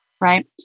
right